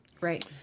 Right